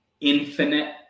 Infinite